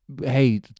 hey